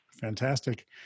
Fantastic